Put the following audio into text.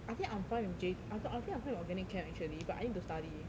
I think I'm fine with J I thought I think I'm fine with organic chem actually but I need to study